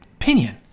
opinion